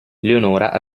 leonora